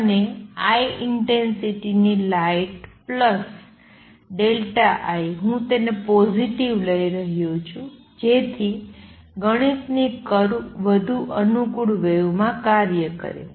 અને I ઇંટેંસિટીની light plus ∆I હું તેને પોઝિટિવ લઈ રહ્યો છું જેથી ગણિતની કર્વ વધુ અનુકૂળ વેવ માં કાર્ય કરે